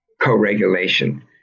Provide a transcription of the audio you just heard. co-regulation